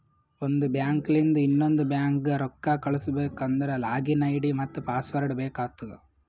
ಒಂದ್ ಬ್ಯಾಂಕ್ಲಿಂದ್ ಇನ್ನೊಂದು ಬ್ಯಾಂಕ್ಗ ರೊಕ್ಕಾ ಕಳುಸ್ಬೇಕ್ ಅಂದ್ರ ಲಾಗಿನ್ ಐ.ಡಿ ಮತ್ತ ಪಾಸ್ವರ್ಡ್ ಬೇಕ್ ಆತ್ತುದ್